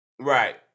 Right